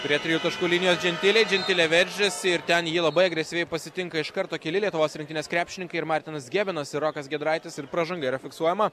prie trijų taškų linijos džentilė džentilė veržiasi ir ten jį labai agresyviai pasitinka iš karto keli lietuvos rinktinės krepšininkai ir martinas gebinas ir rokas giedraitis ir pražanga yra fiksuojama